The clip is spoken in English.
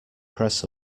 press